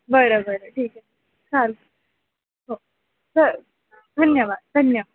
बरं बरं ठीकए चालेल हो बरं धन्यवाद धन्यवाद